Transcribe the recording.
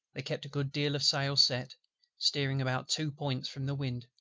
they kept a good deal of sail set steering about two points from the wind,